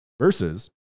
Versus